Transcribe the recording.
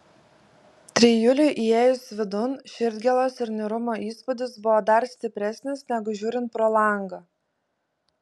trijulei įėjus vidun širdgėlos ir niūrumo įspūdis buvo dar stipresnis negu žiūrint pro langą